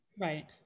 Right